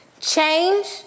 Change